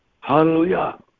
Hallelujah